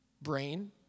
brain